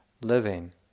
living